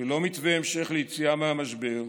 ללא מתווה המשך ליציאה מהמשבר,